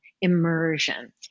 immersion